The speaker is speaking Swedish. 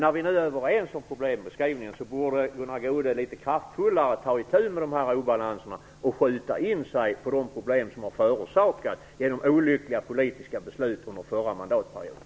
När vi nu är överens om problembeskrivningen borde Gunnar Goude litet kraftfullare ta itu med obalanserna och skjuta in sig på de problem som har förorsakats av olyckliga politiska beslut under förra mandatperioden.